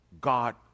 God